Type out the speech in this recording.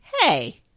Hey